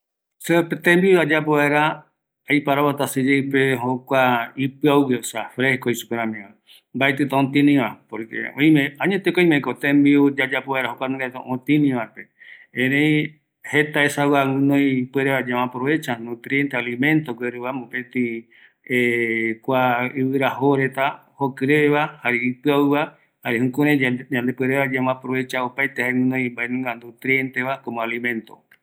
Tembiu oyeapo vaera yaipota ipiaugue, oime tembiu ikavita yaiporu ötinigue ndive, erei ikaviyae oyeapo vaera tenmbiu mbae ipɨaugue ndive, jukurai yanderete öikavi vaera